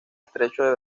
estrecho